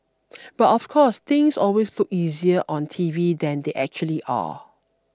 but of course things always look easier on T V than they actually are